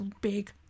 big